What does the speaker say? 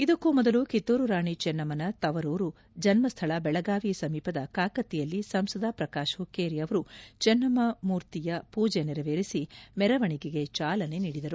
ಇದಕ್ಕೂ ಮೊದಲು ಕಿತ್ತೂರು ರಾಣಿ ಚೆನಮ್ಮನ ತವರೂರು ಜನ್ಮಸ್ಥಳ ಬೆಳಗಾವಿ ಸಮೀಪದ ಕಾಕತಿಯಲ್ಲಿ ಸಂಸದ ಪ್ರಕಾಶ ಹುಕ್ಕೇರಿ ಅವರು ಚೆನ್ನಮ್ಮ ಮೂರ್ತಿಯ ಪೂಜೆ ನೆರವೇರಿಸಿ ಮೆರವಣಿಗೆಗೆ ಚಾಲನೆ ನೀಡಿದರು